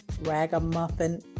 ragamuffin